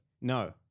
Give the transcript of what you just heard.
No